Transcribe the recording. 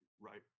right